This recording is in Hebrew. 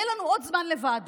יהיה לנו עוד זמן לוועדות.